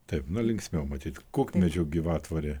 taip na linksmiau matyt kukmedžių gyvatvorė